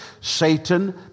Satan